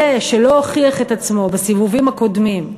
זה שלא הוכיח את עצמו בסיבובים הקודמים,